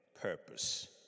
purpose